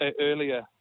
earlier